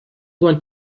want